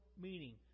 meaning